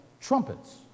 trumpets